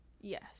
yes